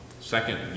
second